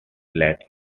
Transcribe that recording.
late